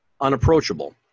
Unapproachable